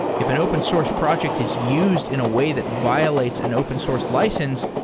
if an open source project is used in a way that violates an open source license,